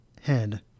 head